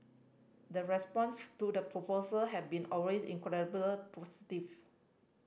the response to the proposal have been always incredibly positive